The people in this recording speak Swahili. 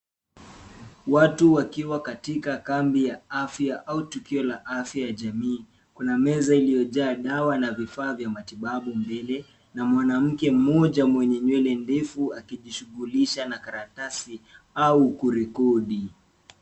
Watu wakiwa katika kambi ya afya au tukio la afya ya jamii. Kuna meza iliyo jaa dawa na vifaa vya matibabu mbele na mwanamke mmoja mwenye nywele ndefu akijishughulisha na karatasi au kurekodi.